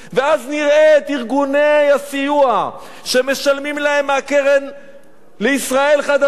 ואז נראה את ארגוני הסיוע שמשלמים להם מהקרן לישראל חדשה,